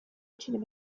cinema